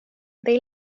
they